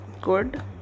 good